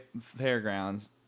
Fairgrounds